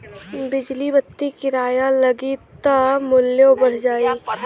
बिजली बत्ति किराया लगी त मुल्यो बढ़ जाई